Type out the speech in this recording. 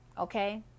Okay